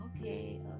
okay